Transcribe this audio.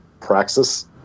Praxis